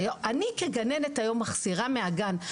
אני כגננת היום מחסירה מהגן.